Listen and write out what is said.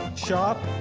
shop,